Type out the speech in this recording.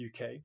UK